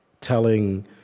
telling